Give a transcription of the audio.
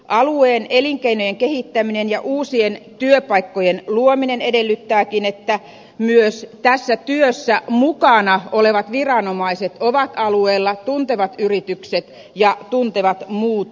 alueen elinkeinojen kehittäminen ja uusien työpaikkojen luominen edellyttääkin että myös tässä työssä mukana olevat viranomaiset ovat alueella tuntevat yritykset ja tuntevat muut alueen toimijat